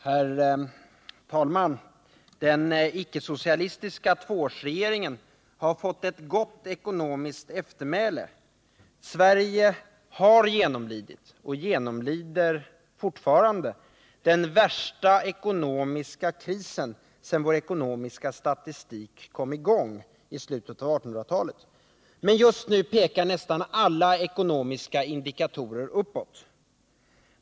Herr talman! Den icke-socialistiska tvåårsregeringen har fått ett gott ekonomiskt eftermäle. Sverige har genomlidit och genomlider fortfarande den värsta ekonomiska krisen sedan vår ekonomiska statistik kom i gång i slutet av 1800-talet. Men just nu pekar nästan alla ekonomiska indikatorer uppåt.